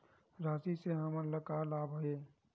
राशि से हमन ला का लाभ हे?